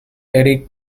eric